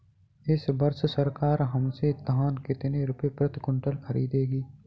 इस वर्ष सरकार हमसे धान कितने रुपए प्रति क्विंटल खरीदेगी?